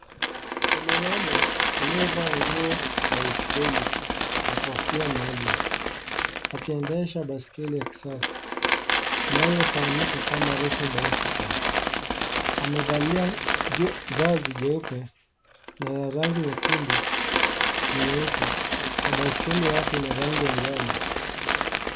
Ni mwanaume aliyevaa nguo ya baiskeli na kofia maalum. Akiendesha baiskeli ya kisasa anayofamika kama racing bicycle . Amevalia vazi jeupe na la rangi nyekundu na nyeupa na baiskeli yake ni ya rangi ya njano.